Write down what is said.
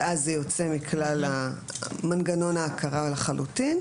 ואז זה יוצא ממנגנון ההכרה לחלוטין,